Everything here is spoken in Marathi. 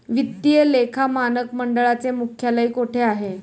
वित्तीय लेखा मानक मंडळाचे मुख्यालय कोठे आहे?